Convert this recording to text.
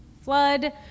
flood